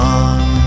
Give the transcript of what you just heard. on